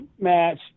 match